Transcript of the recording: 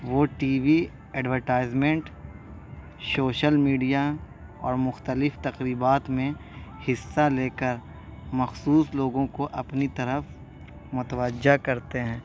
وہ TV advertisement social media اور مختلف تقریبات میں حصہ لے کر مخصوص لوگوں کو اپنی طرف متوجہ کرتے ہیں